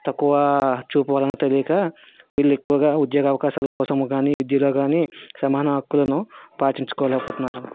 తక్కువ చూపు వలన తెలీక వీళ్ళు ఎక్కువగా ఉద్యోగ అవకాశాల కోసం గానీ విద్యలో గానీ సమాన హక్కులను పాటించుకోలేకపోతున్నారు